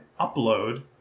Upload